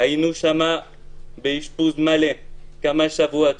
היינו שם באשפוז מלא כמה שבועות,